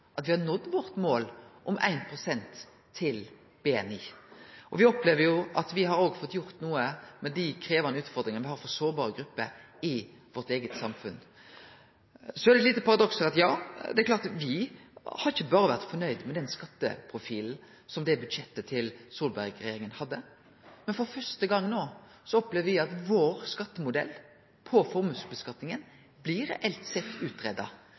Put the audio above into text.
at me har nådd vårt mål om 1 pst. av BNI. Me opplever at me òg har fått gjort noko med dei krevjande utfordringane me har for sårbare grupper i vårt eige samfunn. Så er det eit lite paradoks her: Det er klart at me har ikkje berre vore fornøgde med den skatteprofilen som budsjettet til Solberg-regjeringa hadde, men for første gong opplever me no at vår skattemodell for skattlegging av formuar reelt sett blir